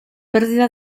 pérdida